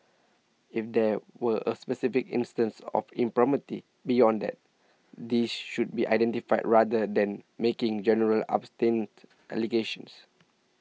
if there were a specific instances of impropriety beyond that these should be identified rather than making general allegations